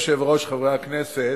אדוני היושב-ראש, חברי הכנסת,